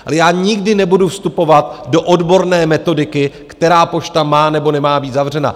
Ale já nikdy nebudu vstupovat do odborné metodiky, která pošta má nebo nemá být zavřena.